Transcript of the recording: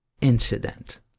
incident